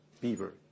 Beaver